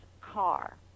car